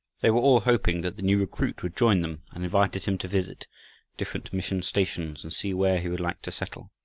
they were all hoping that the new recruit would join them, and invited him to visit different mission stations, and see where he would like to settle.